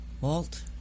Walt